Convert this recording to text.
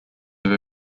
have